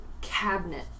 cabinet